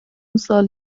سال